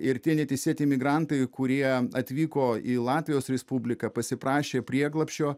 ir tie neteisėti imigrantai kurie atvyko į latvijos respubliką pasiprašė prieglobsčio